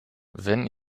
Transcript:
wenn